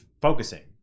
focusing